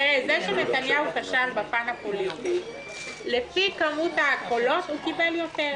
זה שנתניהו כשל ב --- לפי כמות הקולות הוא קיבל יותר.